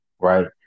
Right